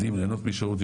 יודעים ליהנות משירות,